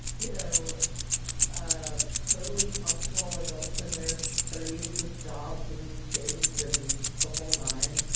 you know ah totally functional adults in their thirty s with jobs and kids and the whole nine.